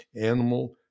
animal